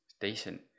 Decent